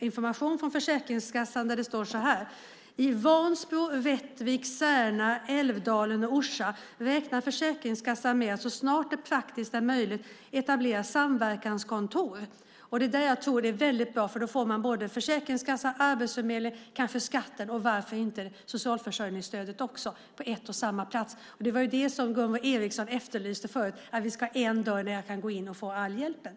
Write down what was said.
information från Försäkringskassan där det står så här: "I Vansbro, Rättvik, Särna, Älvdalen och Orsa räknar Försäkringskassan med att så snart det är praktiskt möjligt etablera samverkanskontor." Det är väldigt bra för då får man Försäkringskassan, Arbetsförmedlingen, kanske skatten och varför inte också socialförsörjningsstödet på en och samma plats. Det var det som Gunvor G Ericson efterlyste, det vill säga att det ska finnas en enda dörr där jag kan gå in och få all hjälp.